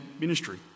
ministry